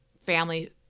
family